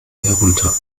herunter